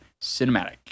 cinematic